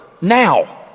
Now